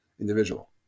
individual